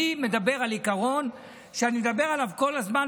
אני מדבר על עיקרון שאני מדבר עליו כל הזמן,